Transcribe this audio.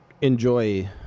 enjoy